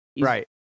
Right